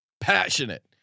Passionate